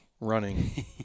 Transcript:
running